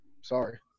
Sorry